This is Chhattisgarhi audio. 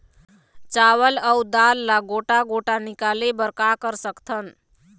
चावल अऊ दाल ला गोटा गोटा निकाले बर का कर सकथन?